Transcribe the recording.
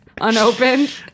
unopened